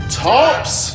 tops